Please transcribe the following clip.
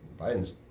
Biden's